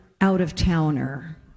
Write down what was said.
out-of-towner